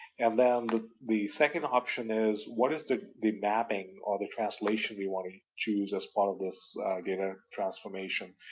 and then the the second option is, what is the the mapping or the translation we want to choose as part of this data ah transformation?